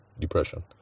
depression